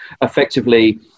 effectively